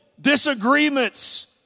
disagreements